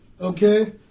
okay